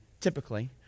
typically